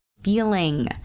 Feeling